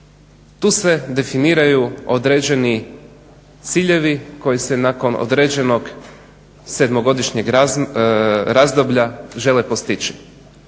Tu se definiraju određeni ciljevi koji se nakon određenog sedmogodišnjeg razdoblja žele postići.